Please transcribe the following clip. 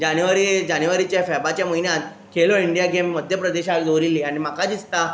जानेवारी जानेवारीच्या फॅबाच्या म्हयन्यात खेलो इंडिया गेम मध्य प्रदेशाक दवरिल्ली आनी म्हाका दिसता